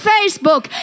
Facebook